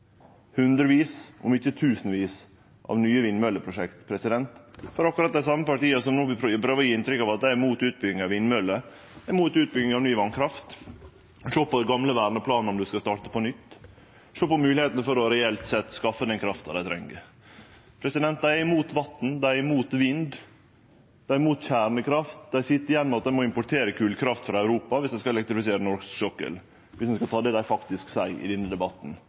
hundrevis, om ikkje tusenvis av nye vindmølleprosjekt. For akkurat dei same partia som no prøver å gje inntrykk av at dei er mot utbygging av vindmøller, er mot utbygging av ny vasskraft, mot å sjå på den gamle verneplanen om det skal starte på nytt, mot å sjå på moglegheitene til reelt sett å skaffe den krafta dei treng. Dei er imot vatn, dei er imot vind, dei er imot kjernekraft. Dei sit igjen med at ein må importere kolkraft frå Europa om ein skal elektrifisere norsk sokkel, dersom ein skal ta på alvor det dei faktisk seier i denne debatten.